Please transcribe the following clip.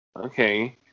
Okay